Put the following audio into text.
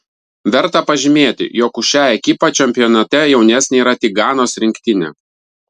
verta pažymėti jog už šią ekipą čempionate jaunesnė yra tik ganos rinktinė